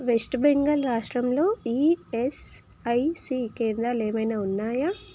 west Bengal రాష్ట్రంలో ESIC కేంద్రాలు ఏమైనా ఉన్నాయా